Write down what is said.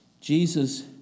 Jesus